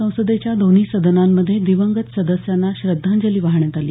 संसदेच्या दोन्ही सदनांमध्ये दिवंगत सदस्यांना श्रद्धांजली वाहण्यात आली